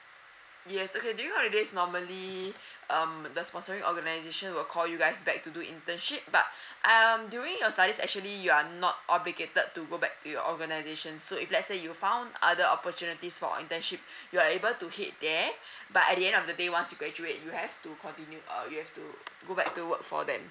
yes okay during holidays normally um the sponsoring organisation will call you guys back to do internship but um during your studies actually you are not obligated to go back to your organisation so if let's say you found other opportunities for internship you are able to head there but at the end of the day once you graduate you have to continue err you have to go back to work for them